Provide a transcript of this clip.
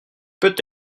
peut